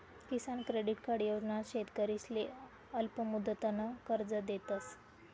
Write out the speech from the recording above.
किसान credit card योजना शेतकरीसले अल्पमुदतनं कर्ज देतस